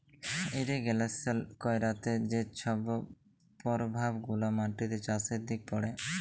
irrigation ক্যইরতে যে ছব পরভাব গুলা মাটিতে, চাষের দিকে পড়ে